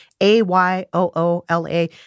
A-Y-O-O-L-A